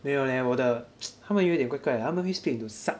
没有 leh 我的 他们有一点怪怪的他们会 split into sub